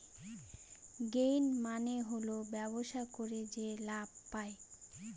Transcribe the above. gain মানে হল ব্যবসা করে যে লাভ পায়